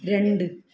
രണ്ട്